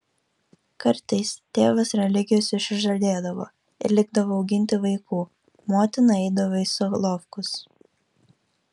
kartais tėvas religijos išsižadėdavo ir likdavo auginti vaikų o motina eidavo į solovkus